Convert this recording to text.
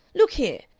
look here!